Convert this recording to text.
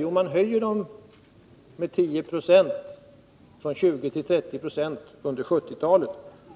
Jo, man höjer skatterna från 20 till 30 76 under 1970-talet,